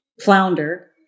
flounder